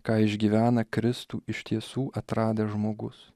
ką išgyvena kristų iš tiesų atradęs žmogus